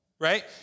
right